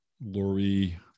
Lori